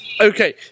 okay